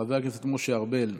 חבר הכנסת משה ארבל,